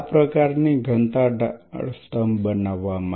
આ પ્રકારની ઘનતા ઢાળ સ્તંભ બનાવવા માટે